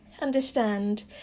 understand